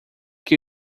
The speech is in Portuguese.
que